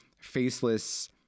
faceless